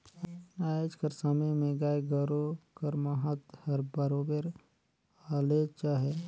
आएज कर समे में गाय गरू कर महत हर बरोबेर हलेच अहे